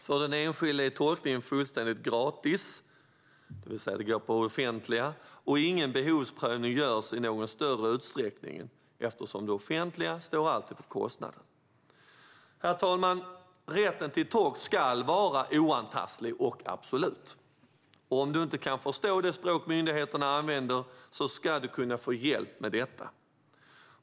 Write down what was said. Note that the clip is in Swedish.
För den enskilde är tolkningen fullständigt gratis - den går på det offentliga - och behovsprövning görs inte i någon större utsträckning. Det offentliga står alltid för kostnaden. Herr talman! Rätten till tolk ska vara oantastlig och absolut. Om du inte kan förstå det språk myndigheterna använder ska du få hjälp med detta.